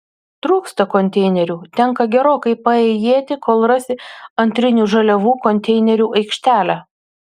trūksta konteinerių tenka gerokai paėjėti kol rasi antrinių žaliavų konteinerių aikštelę